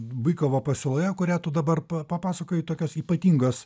bykovo pasiūloje kurią tu dabar papasakojai tokios ypatingos